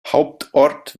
hauptort